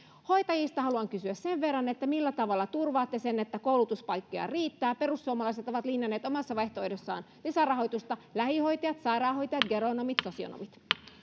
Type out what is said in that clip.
hoitajista haluan kysyä sen verran että millä tavalla turvaatte sen että koulutuspaikkoja riittää perussuomalaiset ovat linjanneet omassa vaihtoehdossaan lisärahoitusta niihin näin lähihoitajat sairaanhoitajat geronomit sosionomit